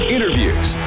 Interviews